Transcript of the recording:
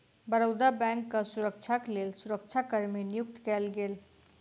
बड़ौदा बैंकक सुरक्षाक लेल सुरक्षा कर्मी नियुक्त कएल गेल